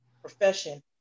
profession